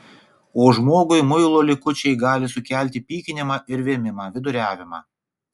o žmogui muilo likučiai gali sukelti pykinimą ir vėmimą viduriavimą